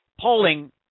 polling